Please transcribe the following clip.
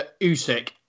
Usyk